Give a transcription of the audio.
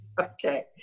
Okay